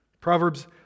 Proverbs